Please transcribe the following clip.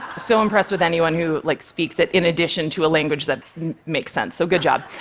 so impressed with anyone who, like, speaks it in addition to a language that makes sense so good job.